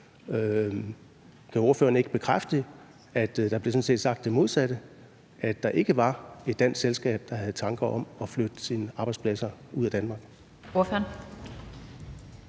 Kan ordføreren ikke bekræfte, at der sådan set blev sagt det modsatte, nemlig at der ikke var et dansk selskab, der havde tanker om at flytte sine arbejdspladser ud af Danmark?